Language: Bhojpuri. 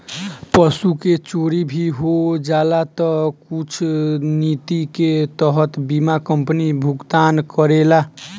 पशु के चोरी भी हो जाला तऽ कुछ निति के तहत बीमा कंपनी भुगतान करेला